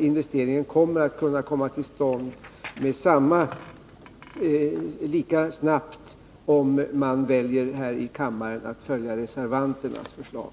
investeringen komma till stånd lika snabbt ifall man här i kammaren väljer att följa reservanternas förslag.